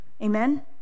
Amen